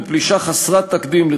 לא איך לעצור מוצרים ישראליים,